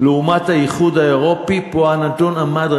לעומת האיחוד האירופי, פה הנתון היה רק